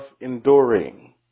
enduring